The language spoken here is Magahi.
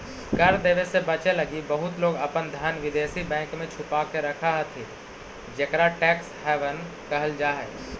कर देवे से बचे लगी बहुत लोग अपन धन विदेशी बैंक में छुपा के रखऽ हथि जेकरा टैक्स हैवन कहल जा हई